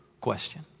question